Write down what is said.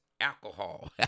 alcohol